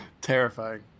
Terrifying